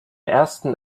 ersten